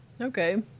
Okay